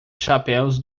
chapéus